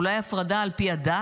אולי הפרדה על פי הדת?